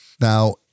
Now